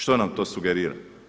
Što nam to sugerira?